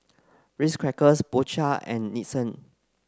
Ritz Crackers Po Chai and Nixon